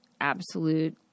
absolute